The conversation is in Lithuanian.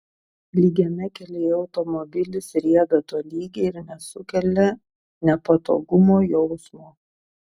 lygiame kelyje automobilis rieda tolygiai ir nesukelia nepatogumo jausmo